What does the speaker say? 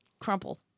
crumple